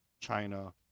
China